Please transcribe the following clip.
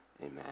amen